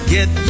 Get